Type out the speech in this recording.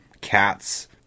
cats